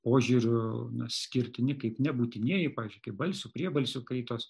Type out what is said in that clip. požiūriu skirtini kaip nebūtinieji pavyzdžiui kaip balsių priebalsių kaitos